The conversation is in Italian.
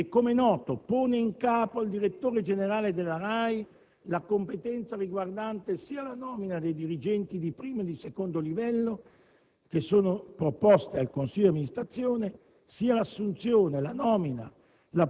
che, come è noto, pone in capo al direttore generale della RAI la competenza riguardante sia la nomina dei dirigenti di primo e di secondo livello, che è proposta al consiglio di amministrazione, sia l'assunzione, la nomina,